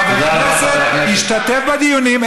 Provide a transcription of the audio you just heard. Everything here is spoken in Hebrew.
חבר כנסת השתתף בדיונים,